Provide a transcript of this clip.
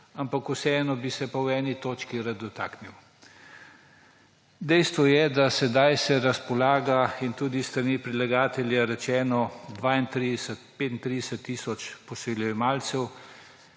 ampak vseeno bi se pa v eni točki rad dotaknil. Dejstvo je, da sedaj se razpolaga z ‒ in tudi s strani predlagatelja je bilo rečeno ‒, 35 tisoč posojilojemalcev,